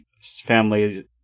family